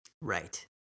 Right